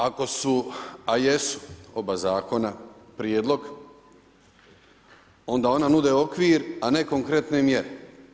Ako su, a jesu, oba zakona prijedlog, onda ona nude okvir, a ne konkretne mjere.